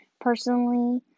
personally